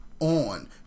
on